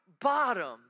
bottom